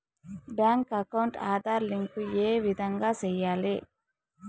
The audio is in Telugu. బ్యాంకు అకౌంట్ ఆధార్ లింకు ఏ విధంగా సెయ్యాలి?